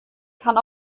kann